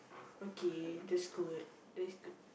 okay that's good that's